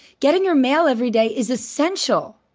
getting your mail every day is essential.